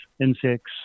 insects